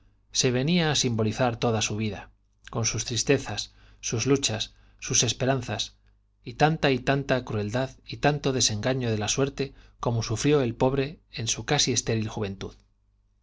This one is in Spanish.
se venía á sim bolizar toda su vida con sus tristezas sus luchas tanta y tanta crueldad y tanto sus esperanzas y de la suerte como sufrió el pobre en su desengaño casi estéril juventud